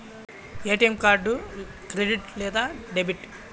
ATM card credit లేదా debit?